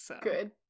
good